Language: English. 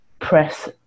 press